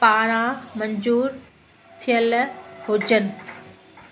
पारां मंज़ूरु थियल हुजनि